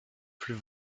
plus